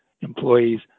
employees